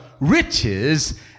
riches